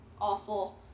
awful